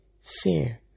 fear